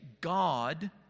God